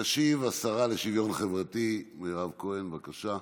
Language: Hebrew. תשיב השרה לשוויון חברתי מירב כהן, בבקשה.